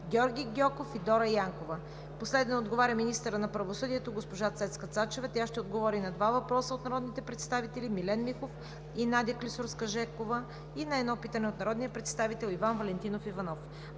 Георги Гьоков, и Дора Янкова. 7. Министърът на правосъдието Цецка Цачева ще отговори два въпроса от народните представители Милен Михов и Надя Клисурска-Жекова, и на едно питане от народния представител Иван Валентинов Иванов.